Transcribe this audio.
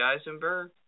Eisenberg